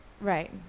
Right